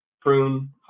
prune